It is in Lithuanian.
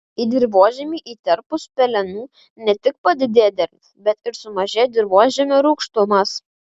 į dirvožemį įterpus pelenų ne tik padidėja derlius bet ir sumažėja dirvožemio rūgštumas